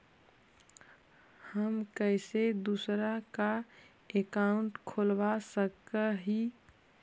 हम कैसे दूसरा का अकाउंट खोलबा सकी ही?